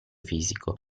fisico